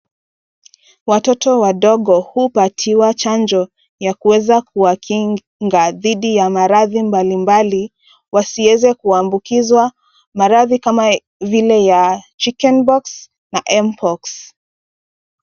Watoto wadogo hupatiwa chanjo ya kuweza kuwakinga dhidi ya maradhi mbalimbali wasieze kuambukizwa. Maradhi kama vile ya chicken pox na m-pox .